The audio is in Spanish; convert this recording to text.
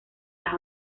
las